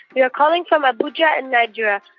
we are calling from abuja, and nigeria.